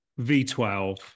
V12